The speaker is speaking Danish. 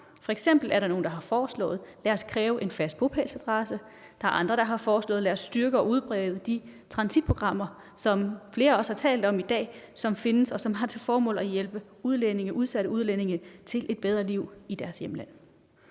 F.eks. er der nogle, der har foreslået, at vi skal kræve en fast bopælsadresse. Der er andre, der har foreslået at styrke og udbrede de transitprogrammer, som flere også har talt om i dag. De har til formål at hjælpe udsatte udlændinge til et bedre liv i deres hjemland.